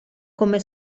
come